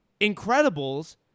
Incredibles